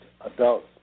adults